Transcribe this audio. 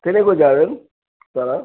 ট্রেনে করে যাবেন দাদা